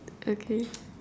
okay